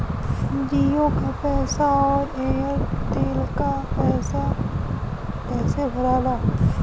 जीओ का पैसा और एयर तेलका पैसा कैसे भराला?